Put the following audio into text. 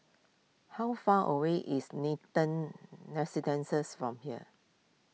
how far away is Nathan from here